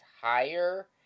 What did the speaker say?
higher